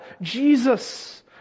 Jesus